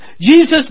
Jesus